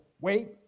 wait